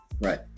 Right